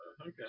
Okay